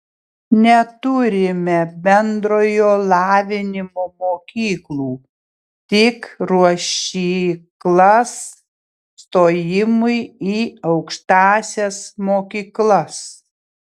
neturime bendrojo lavinimo mokyklų tik ruošyklas stojimui į aukštąsias mokyklas